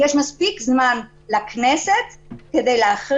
יש מספיק זמן לכנסת להחריג,